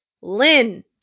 Lynn